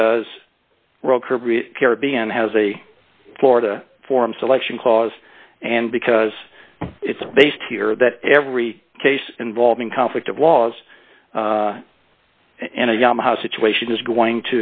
because caribbean has a florida form selection clause and because it's based here that every case involving conflict of laws and a yamaha situation is going